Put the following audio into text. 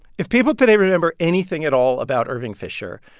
if people today remember anything at all about irving fisher,